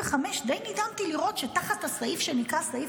ודי נדהמתי לראות שתחת הסעיף שנקרא "סעיף